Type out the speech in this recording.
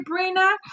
Brina